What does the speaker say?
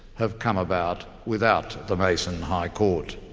have come about without the mason high court?